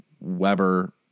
Weber